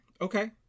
Okay